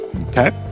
Okay